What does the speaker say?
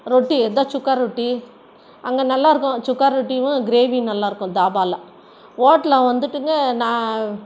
ரொட்டி ஏதாது சுக்கா ரொட்டி அங்கே நல்லா இருக்கும் சுக்கா ரொட்டியும் கிரேவியும் நல்லா இருக்கும் தாபாவில ஹோட்டல்ல வந்துட்டுங்க நா